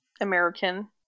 American